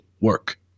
work